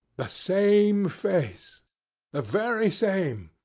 the same face the very same.